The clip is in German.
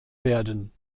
werden